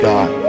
God